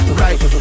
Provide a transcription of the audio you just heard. right